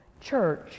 church